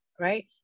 right